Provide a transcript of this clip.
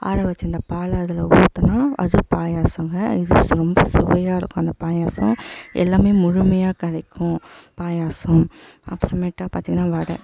ஆற வைச்சிருந்த பாலை அதில் ஊற்றினா அது பாயாசம்ங்க இது ரொம்ப சுவையாக இருக்கும் அந்த பாயாசம் எல்லாமே முழுமையாக கிடைக்கும் பாயாசம் அப்புறமேட்டா பார்த்தீங்கனா வடை